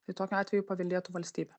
tai tokiu atveju paveldėtų valstybė